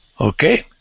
Okay